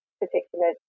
particular